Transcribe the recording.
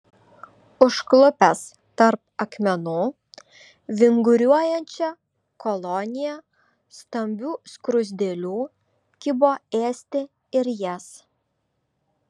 užklupęs tarp akmenų vinguriuojančią koloniją stambių skruzdėlių kibo ėsti ir jas